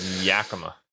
Yakima